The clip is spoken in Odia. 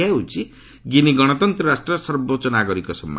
ଏହା ହେଉଛି ଗିନି ଗଣତନ୍ତ ରାଷ୍ଟ୍ରର ସର୍ବୋଚ୍ଚ ନାଗରିକ ସମ୍ମାନ